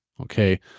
okay